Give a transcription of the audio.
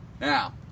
Now